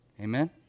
Amen